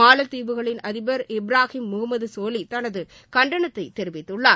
மாலத்தீவுகளின் அதிபர் இப்ராகிம் முகமது சொலி தனது கண்டனத்தை தெரிவித்துள்ளார்